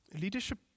leadership